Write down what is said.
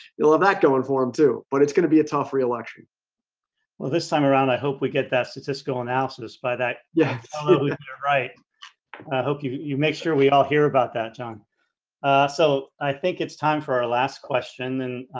you'll have that going for him too but it's going to be a tough real luxury well this time around i hope we get that statistical analysis by that. yeah yes right. i hope you you make sure we all hear about that john so i think it's time for our last question and